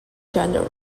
general